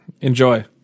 Enjoy